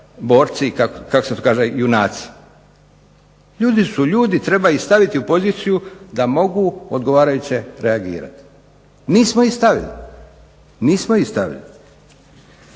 borci i kako se to kaže junaci. Ljudi su ljudi, treba ih staviti u poziciju da mogu odgovarajuće reagirati. Nismo ih stavili, nismo ih stavili.